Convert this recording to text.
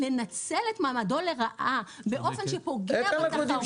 לנצל את מעמדו לרעה באופן שפוגע בתחרות --- איך